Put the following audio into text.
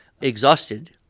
Exhausted